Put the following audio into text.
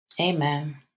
Amen